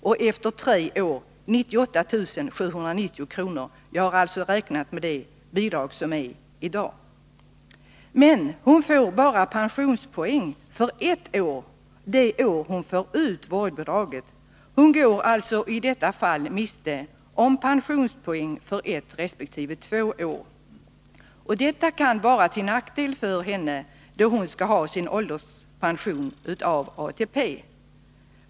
och efter tre år 98 790 kr. Jag har alltså räknat med nuvarande bidragsbelopp. Modern får emellertid pensionspoäng endast för ett år, det år hon får ut vårdbidraget. Hon går i detta fall miste om pensionpoäng för ett resp. två år. Det kan vara till nackdel för henne, då hon skall få sin ålderspension från ATP.